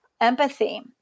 empathy